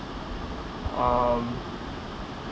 um